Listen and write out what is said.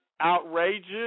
outrageous